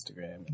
Instagram